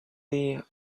dear